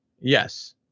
Yes